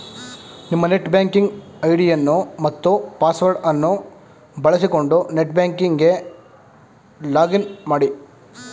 ನಿಮ್ಮ net banking ಐಡಿಯನ್ನು ಮತ್ತು ಪಾಸ್ವರ್ಡ್ ಅನ್ನು ಬಳಸಿಕೊಂಡು ನೆಟ್ ಬ್ಯಾಂಕಿಂಗ್ ಗೆ ಲಾಗ್ ಇನ್ ಮಾಡಿ